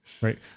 right